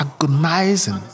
agonizing